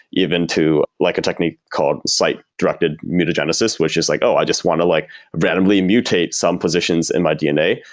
even to like a technique called site-directed mutagenesis, which is like, oh, i just want to like randomly mutate some positions in my dna.